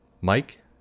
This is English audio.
Mike